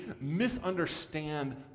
misunderstand